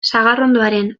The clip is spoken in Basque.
sagarrondoaren